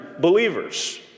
believers